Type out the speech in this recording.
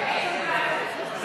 איזו ועדה?